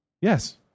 Yes